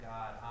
God